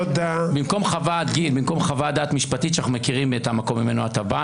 במקום חוות דעת משפטית שאנחנו מכירים את המקום ממנו אתה בא,